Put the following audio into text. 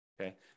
okay